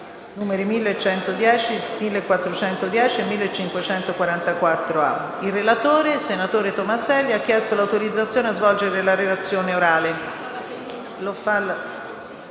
nn. 1110, 1410 e 1544. I relatori, senatori Pelino e Tomaselli, hanno chiesto l'autorizzazione a svolgere la relazione orale.